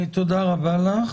תודה רבה לך.